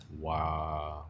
Wow